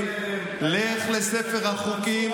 לך לספר החוקים,